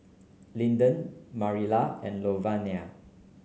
Linden Marilla and Lavonia